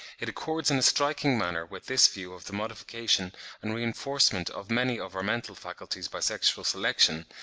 it accords in a striking manner with this view of the modification and re-inforcement of many of our mental faculties by sexual selection,